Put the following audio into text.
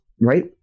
Right